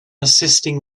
assisting